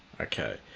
Okay